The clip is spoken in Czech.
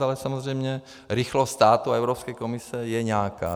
Ale samozřejmě rychlost státu a Evropské komise je nějaká.